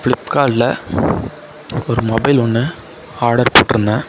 ஃபிளிப்கார்டில் ஒரு மொபைல் ஒன்று ஆர்டர் போட்டுயிருந்தன்